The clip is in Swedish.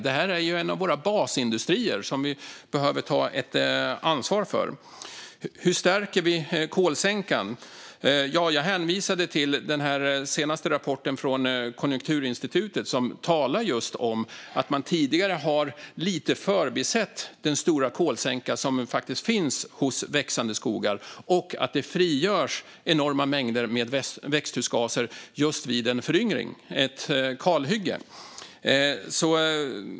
Det här är ju en av våra basindustrier, och vi behöver ta ett ansvar för den. Hur stärker vi kolsänkan? Jag hänvisade till den senaste rapporten från Konjunkturinstitutet som talade om att man tidigare lite grann har förbisett den stora kolsänka som faktiskt finns hos växande skogar och att det frigörs enorma mängder växthusgaser just vid en föryngring, ett kalhygge.